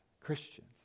Christians